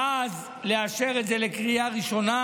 ואז לאשר את זה לקריאה ראשונה,